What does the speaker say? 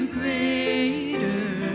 greater